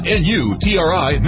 n-u-t-r-i